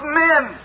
men